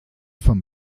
von